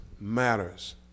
matters